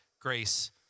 grace